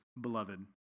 beloved